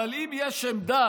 אבל אם יש עמדה,